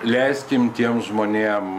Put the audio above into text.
leiskim tiem žmonėm